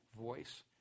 voice